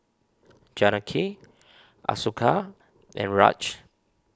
Janaki Ashoka and Raj